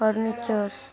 furniture